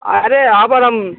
अरे यहाँ पर हम